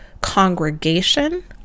congregation